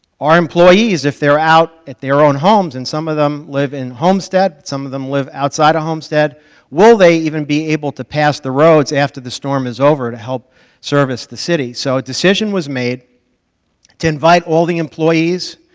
our employees, if they're out at their own homes and some of them live in homestead, some of them live outside of homestead will they even be able to pass the roads after the storm is over to help service the city, so a decision was made to invite all the employees